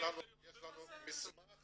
יש לנו מסמך